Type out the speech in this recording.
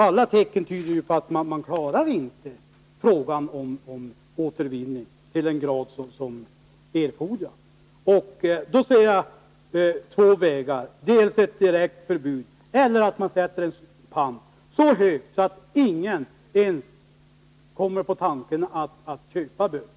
Alla tecken tyder ju på att man inte klarar frågan om återvinning till den grad som erfordras. Jag ser två utvägar, nämligen ett direkt förbud eller en pant som är satt så högt att ingen ens kommer på tanken att köpa burken.